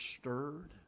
stirred